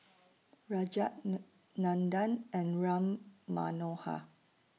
Rajat Nor Nandan and Ram Manohar